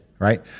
right